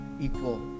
equal